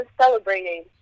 celebrating